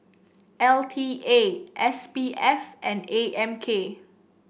L T A S P F and A M K